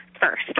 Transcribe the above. first